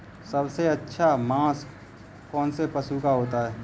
सबसे अच्छा मांस कौनसे पशु का होता है?